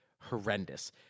horrendous